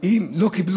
לא קיבל